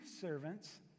servants